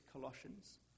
Colossians